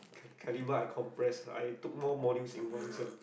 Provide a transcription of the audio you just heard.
carnival I compress lah I took more modules in one sem